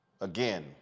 Again